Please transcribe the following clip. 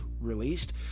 released